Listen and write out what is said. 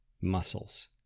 muscles